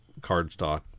cardstock